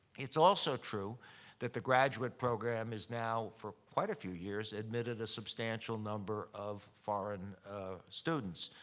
it's also true that the graduate program has now, for quite a few years, admitted a substantial number of foreign students.